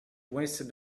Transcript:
wasted